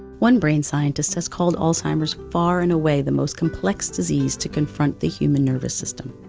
one brain scientist has called alzheimer's far and away the most complex disease to confront the human nervous system.